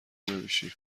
نمیشیم